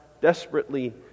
desperately